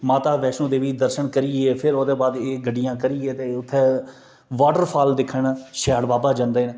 माता वैश्णो देवी दे दर्शन करियै फिर ओह्दे बाद एह् गड्डियां करियै ते उत्थै वाटरफाल दिक्खन सिहाड़ बाबा जंदे ना